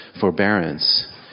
forbearance